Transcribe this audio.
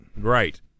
Right